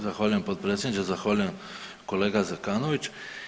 Zahvaljujem potpredsjedniče, zahvaljujem kolega Zekanović.